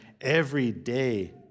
everyday